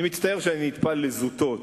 אני מצטער שאני נטפל לזוטות,